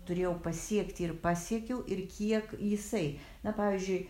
turėjau pasiekti ir pasiekiau ir kiek jisai na pavyzdžiui